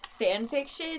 fanfiction